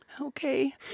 Okay